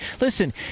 listen